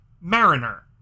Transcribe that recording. mariner